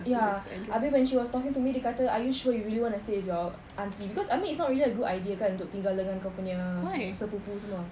ya abeh when she was talking to me dia kata are you sure you really wanna stay with your aunty because I mean it's not really a good idea kan untuk tinggal dengan kau punya sepupu semua